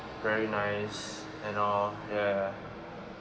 very nice and all ya ya ya